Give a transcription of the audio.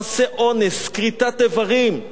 מעשי אונס, כריתת איברים.